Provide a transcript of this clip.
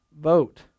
vote